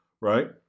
Right